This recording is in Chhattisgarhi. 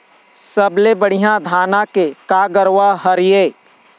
सबले बढ़िया धाना के का गरवा हर ये?